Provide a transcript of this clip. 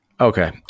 Okay